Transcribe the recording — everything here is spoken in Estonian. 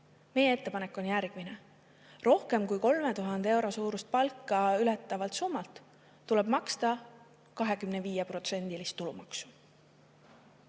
Meie ettepanek on järgmine. 3000 euro suurust palka ületavalt summalt tuleks maksta 25%‑list tulumaksu.